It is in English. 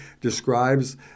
describes